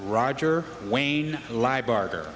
roger wayne lie barker